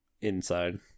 Inside